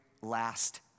last